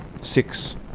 six